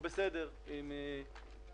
בשנה הזאת הסנקציה הזאת לא רלוונטית.